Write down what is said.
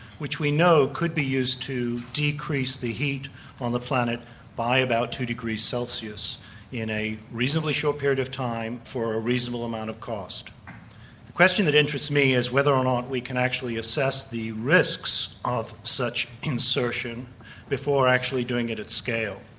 which we know could be used to decrease the heat on the planet by about two degrees celsius in a reasonably short period of time for a reasonable amount of cost. the question that interests me is whether or not we can actually assess the risks of such insertion before actually doing it at scale.